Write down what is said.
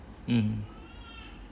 mm